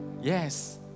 Yes